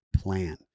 plan